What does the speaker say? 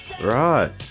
Right